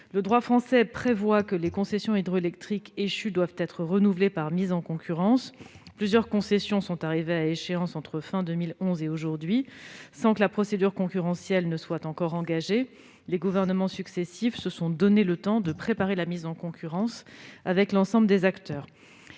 le droit français, les concessions hydroélectriques échues doivent être renouvelées par mise en concurrence. Or plusieurs concessions sont arrivées à échéance entre la fin de 2011 et aujourd'hui, sans que la procédure concurrentielle ait été engagée, les gouvernements successifs s'étant donné le temps de préparer la mise en concurrence avec l'ensemble des acteurs.